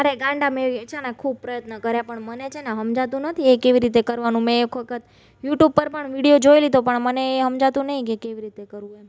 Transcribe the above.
અરે ગાંડા મેં છે ને ખૂબ પ્રયત્ન કર્યા પણ મને છે ને સમજાતું નથી એ કેવી રીતે કરવાનું મેં એક વખત યુટુબ પર પણ વિડીયો જોઈ લીધો પણ મને એ સમજાતું નથી કે કેવી રીતે કરવું એમ